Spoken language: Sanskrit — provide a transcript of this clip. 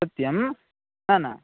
सत्यं न न